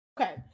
okay